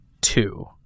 two